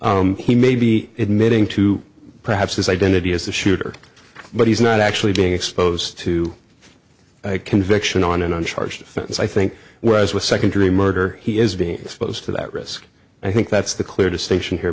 defense he may be admitting to perhaps his identity as the shooter but he's not actually being exposed to a conviction on and on charged offense i think whereas with second degree murder he is being exposed to that risk i think that's the clear distinction here